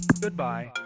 Goodbye